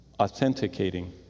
authenticating